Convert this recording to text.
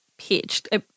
pitched